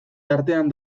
artean